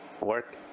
work